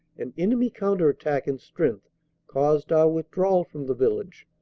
an enemy counter attack in strength caused our withdrawal from the village,